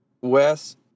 Wes